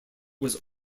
was